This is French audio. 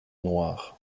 noires